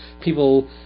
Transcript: People